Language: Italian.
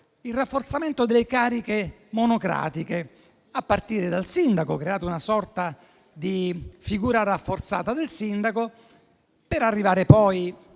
il rafforzamento delle cariche monocratiche, a partire dal sindaco, creando una sorta di figura rafforzata del sindaco, per arrivare poi